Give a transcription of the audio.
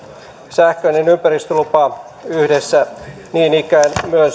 sähköinen ympäristölupa yhdessä niin ikään